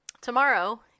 Tomorrow